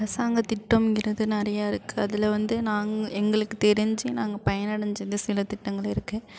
அரசாங்கத் திட்டம்ங்கிறது நிறையா இருக்குது அதில் வந்து நாங்கள் எங்களுக்குத் தெரிஞ்சு நாங்கள் பயனடஞ்சது சில திட்டங்கள் இருக்குது